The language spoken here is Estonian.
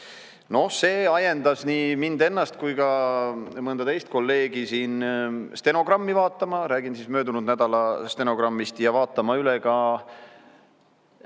No see ajendas nii mind ennast kui ka mõnda teist kolleegi siin stenogrammi vaatama – ma räägin möödunud nädala stenogrammist – ja vaatama üle ka